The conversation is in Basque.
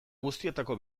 guztietako